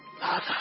mother